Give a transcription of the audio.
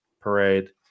parade